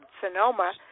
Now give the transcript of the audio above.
Sonoma